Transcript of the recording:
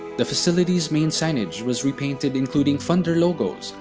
the facility's main signage was repainted including funder logos,